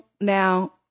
Now